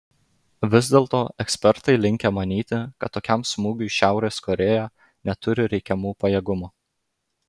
vis dėlto ekspertai linkę manyti kad tokiam smūgiui šiaurės korėja neturi reikiamų pajėgumų